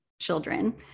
children